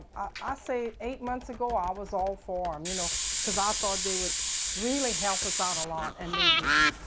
i say, eight months ago, i was all for them um you know because i thought they would really help us out a lot and they didn't.